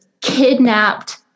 kidnapped